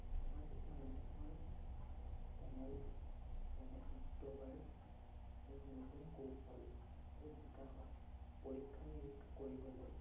সামাজিক মাধ্যমৰ চেনেল যেনে মোক নতুন কৌশল আৰু বিকাশত পৰীক্ষা নিৰীক্ষা কৰিবলৈ